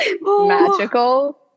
magical